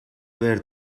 ver